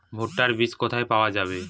ভুট্টার বিজ কোথায় পাওয়া যাবে?